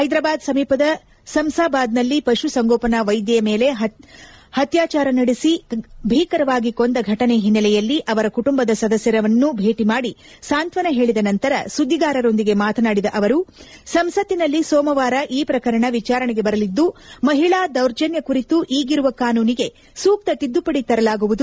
ಹೈದರಾಬಾದ್ ಸಮೀಪದ ಸಂಸಾಬಾದ್ನಲ್ಲಿ ಪಶು ಸಂಗೋಪನಾ ವೈದ್ಯಯ ಮೇಲೆ ಅತ್ಲಾಚಾರ ನಡೆಸಿ ಭೀಕರವಾಗಿ ಕೊಂದ ಫಟನೆ ಹಿನ್ನೆಲೆಯಲ್ಲಿ ಅವರ ಕುಟುಂಬದ ಸದಸ್ನರನ್ನು ಭೇಟಿ ಮಾಡಿ ಸಾಂತ್ವನ ಹೇಳದ ನಂತರ ಸುದ್ಗಿಗಾರರೊಂದಿಗೆ ಮಾತನಾಡಿದ ಅವರು ಸಂಸತ್ತಿನಲ್ಲಿ ಸೋಮವಾರ ಈ ಪ್ರಕರಣ ವಿಚಾರಣೆಗೆ ಬರಲದ್ದು ಮಹಿಳಾ ದೌರ್ಜನ್ನ ಕುರಿತು ಈಗಿರುವ ಕಾನೂನಿಗೆ ಸೂಕ್ತ ತಿದ್ದುಪಡಿ ತರಲಾಗುವುದು